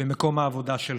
במקום העבודה שלך.